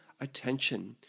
attention